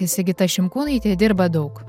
sigita šimkūnaitė dirba daug